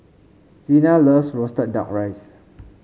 Zina loves roasted duck rice